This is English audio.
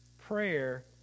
prayer